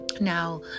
Now